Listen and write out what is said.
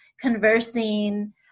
conversing